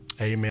amen